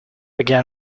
again